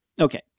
okay